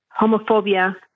homophobia